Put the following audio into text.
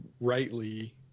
rightly